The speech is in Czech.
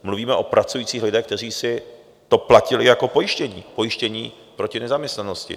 Mluvíme o pracujících lidech, kteří si to platili jako pojištění, pojištění proti nezaměstnanosti.